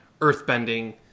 earthbending